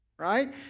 right